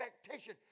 expectation